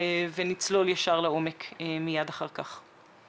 ונצלול ישר לעומק מייד אחר כך.